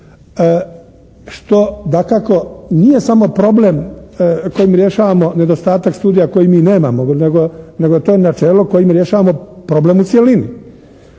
što dakako nije samo problem kojim rješavamo nedostatak studija koji mi nemamo, nego je to načelo kojim rješavamo problem u cjelini.